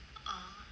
oh